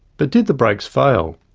but did the brakes fail?